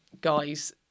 guys